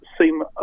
seem